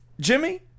Jimmy